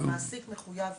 מחויב לכך.